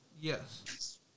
Yes